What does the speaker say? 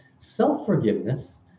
Self-forgiveness